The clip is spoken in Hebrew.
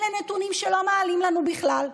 אלה נתונים שלא מעלים לנו בכלל.